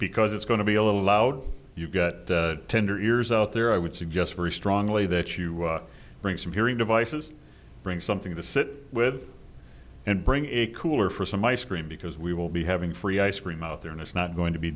because it's going to be allowed you get tender ears out there i would suggest very strongly that you bring some hearing devices bring something to sit with and bring a cooler for some ice cream because we will be having free ice cream out there and it's not going to be